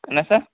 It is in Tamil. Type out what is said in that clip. என்ன சார்